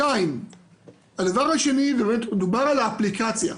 דבר שני, דובר על האפליקציה.